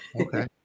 Okay